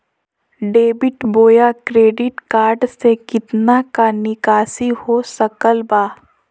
Debit बोया credit card से कितना का निकासी हो सकल बा?